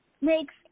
makes